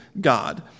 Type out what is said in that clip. God